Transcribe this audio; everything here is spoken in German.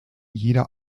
jeder